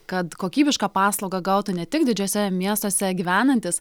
kad kokybišką paslaugą gautų ne tik didžiuose miestuose gyvenantys